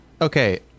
Okay